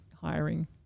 hiring